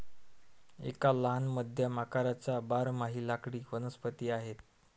एक लहान मध्यम आकाराचा बारमाही लाकडी वनस्पती आहे